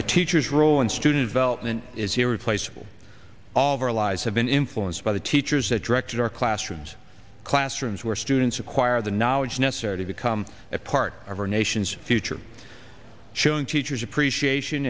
a teacher's role in student veltman is irreplaceable all of our lives have been influenced by the teachers and directed our classrooms classrooms where students acquire the knowledge necessary to become a part of our nation's future showing teachers appreciation